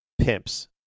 pimps